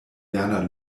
werner